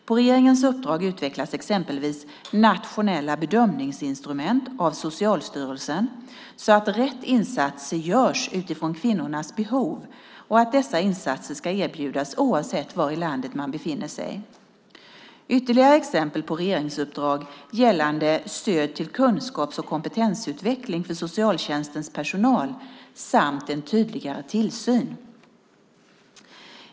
På regeringens uppdrag utvecklas exempelvis nationella bedömningsinstrument av Socialstyrelsen så att rätt insatser görs utifrån kvinnornas behov och att dessa insatser ska erbjudas oavsett var i landet man befinner sig. Ytterligare exempel är regeringsuppdrag gällande stöd till kunskaps och kompetensutveckling för socialtjänstens personal samt en tydligare tillsyn.